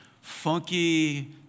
funky